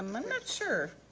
i'm not sure.